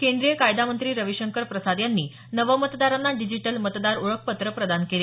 केंद्रीय कायदा मंत्री रविशंकर प्रसाद यांनी नवमतदारांना डिजिटल मतदार ओळखपत्र प्रदान केले